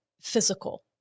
physical